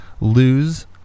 lose